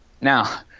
now